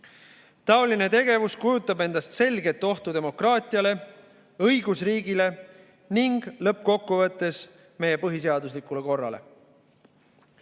Seesugune tegevus kujutab endast selget ohtu demokraatiale, õigusriigile ning lõppkokkuvõttes meie põhiseaduslikule korrale.